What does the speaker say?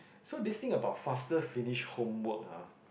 so this thing about faster finish homework ah